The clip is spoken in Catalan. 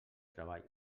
treball